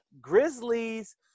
Grizzlies